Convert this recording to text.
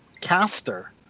Caster